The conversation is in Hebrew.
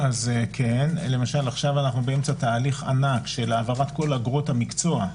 למשל עכשיו אנחנו באמצע תהליך ענק של העברת כל אגרות המקצוע,